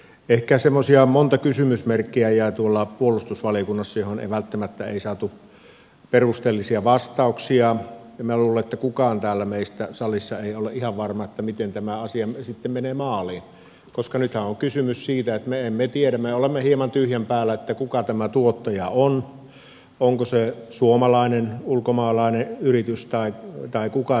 ehkä tuolla puolustusvaliokunnassa jäi semmoisia monia kysymysmerkkejä joihin ei välttämättä saatu perusteellisia vastauksia ja minä luulen että kukaan meistä täällä salissa ei ole ihan varma miten tämä asia sitten menee maaliin koska nythän on kysymys siitä että me emme tiedä me olemme hieman tyhjän päällä siinä kuka tämä tuottaja on onko se suomalainen vai ulkomaalainen yritys vai kuka se on